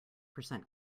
percent